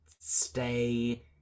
stay